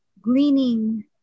gleaning